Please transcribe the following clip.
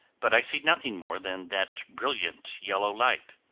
but i see nothing more than that brilliant yellow light.